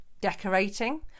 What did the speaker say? decorating